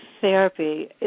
therapy